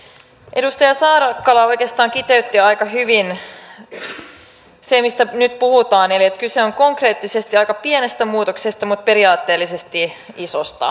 edustaja saarakkala oikeastaan kiteytti aika hyvin sen mistä nyt puhutaan eli kyse on konkreettisesti aika pienestä muutoksesta mutta periaatteellisesti isosta